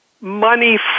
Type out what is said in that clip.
money